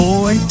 Boy